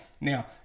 Now